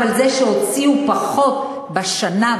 אבל זה שהוציאו פחות בשנה,